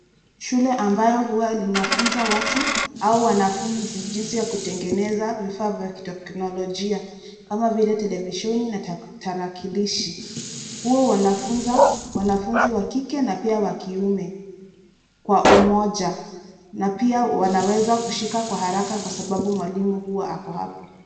Shule ambayo huwa linafunza watu ama wanafunzi jinsi ya kutengeneza viifaa ya teknolojia kama vile television na tarakilishi. Huwa wanafunza wanafunzi wa kike na wa kiume, kwa uoja na pia wanaweza kushika kwa haraka kwa sababu mwalimu ako hapo.